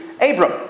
Abram